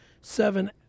seven